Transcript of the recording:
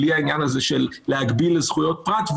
בלי העניין של הגבלה לזכויות פרט,